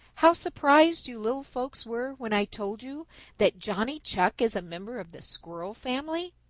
how surprised you little folks were when i told you that johnny chuck is a member of the squirrel family.